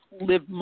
live